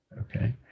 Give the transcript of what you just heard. Okay